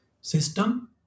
system